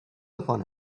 upon